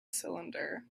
cylinder